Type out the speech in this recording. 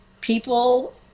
People